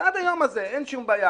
ועד היום הזה אין שום בעיה,